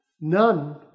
none